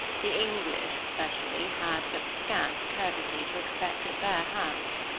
the english, especially, had but scant courtesy to expect at their hands.